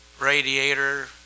radiator